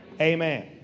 amen